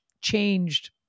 changed